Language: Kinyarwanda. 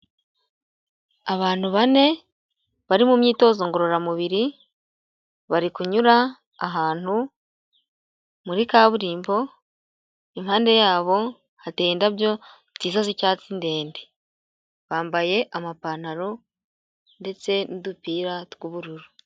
Abantu bane bari mu myitozo ngororamubiri bari kunyura ahantu muri kaburimbo impande yabo hateye indabyo nziza z'icyatsi ndende bambaye amapantaro ndetse n'udupira tw'ubururu.